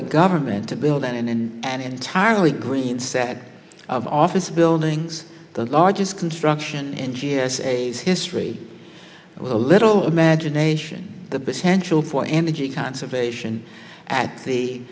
the government to build and an entirely green set of office buildings the largest construction and she has a history with a little imagination the potential for energy conservation at